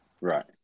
Right